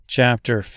Chapter